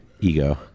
ego